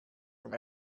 from